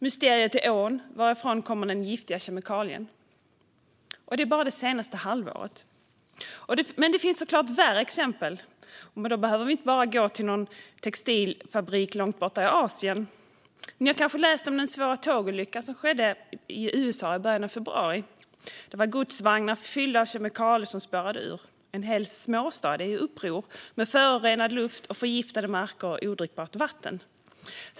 "Mysteriet i ån: Varifrån kommer den giftiga kemikalien?" Och detta bara det senaste halvåret! Men det finns såklart värre exempel, och man behöver då inte gå till någon textilfabrik långt borta i Asien. Ni har kanske läst om den svåra tågolycka som skedde i början av februari i USA, där godsvagnar fyllda av kemikalier spårade ur. En hel småstad är i uppror, med förorenad luft, förgiftade marker och odrickbart vatten.